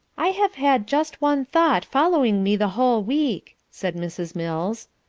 i have had just one thought following me the whole week, said mrs. mills.